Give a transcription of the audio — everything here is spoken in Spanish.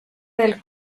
del